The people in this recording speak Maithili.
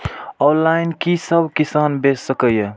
ऑनलाईन कि सब किसान बैच सके ये?